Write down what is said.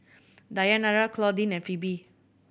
Dayanara Claudine and Phebe